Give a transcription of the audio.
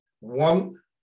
one